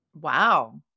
Wow